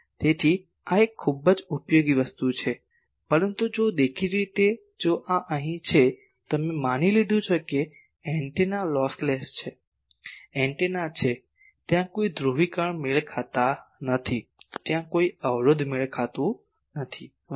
તેથી આ એક ખૂબ જ ઉપયોગી વસ્તુ છે પરંતુ જો દેખીતી રીતે જો આ અહીં છે તો અમે માની લીધું છે કે એન્ટેના લોસલેસ છે એન્ટેના છે ત્યાં કોઈ ધ્રુવીકરણ મેળ ખાતા નથી ત્યાં કોઈ અવરોધ મેળ ખાતું નથી વગેરે